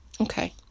Okay